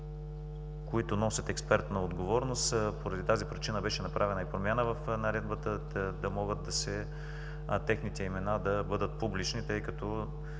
които носят експертна отговорност. Поради тази причина беше направена и промяна в Наредбата – да могат техните имена да бъдат публични,